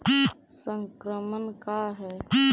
संक्रमण का है?